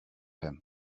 him